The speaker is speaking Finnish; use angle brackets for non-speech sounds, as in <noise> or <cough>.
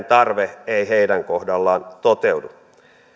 <unintelligible> tarve ei heidän kohdallaan toteudu